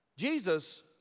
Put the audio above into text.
Jesus